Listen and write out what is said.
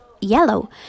yellow